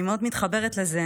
אני מאוד מתחברת לזה.